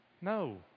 No